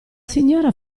signora